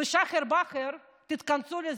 בסחר-מכר תתכנסו לזה,